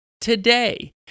today